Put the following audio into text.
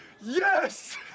Yes